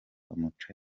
amuca